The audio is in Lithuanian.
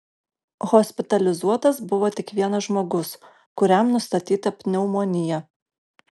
hospitalizuotas buvo tik vienas žmogus kuriam nustatyta pneumonija